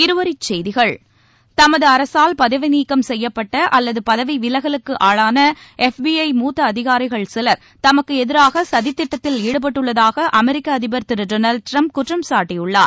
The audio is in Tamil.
இருவரிச்செய்திகள் தமது அரசால் பதவி நீக்கம் செய்யப்பட்ட அல்லது பதவி விலகலுக்கு ஆளான எஃப்பிஐ மூத்த அதிகாரிகள் சிவர் தமக்கு எதிராக சதித்திட்டத்தில் ஈடுபட்டுள்ளதாக அமெரிக்க அதிபர் திரு டொனாவ்ட் ட்ரம்ப் குற்றம் சாட்டியுள்ளார்